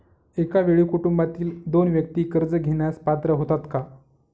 एका वेळी कुटुंबातील दोन व्यक्ती कर्ज घेण्यास पात्र होतात का?